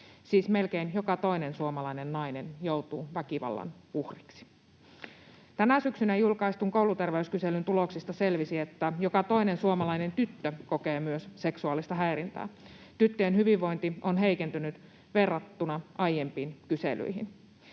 Siis melkein joka toinen suomalainen nainen joutuu väkivallan uhriksi. Tänä syksynä julkaistun kouluterveyskyselyn tuloksista selvisi, että joka toinen suomalainen tyttö kokee myös seksuaalista häirintää. Tyttöjen hyvinvointi on heikentynyt verrattuna aiempiin kyselyihin.